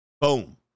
boom